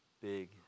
big